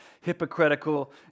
hypocritical